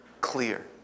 clear